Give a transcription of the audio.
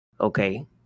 Okay